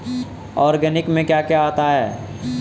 Organic में क्या क्या आता है?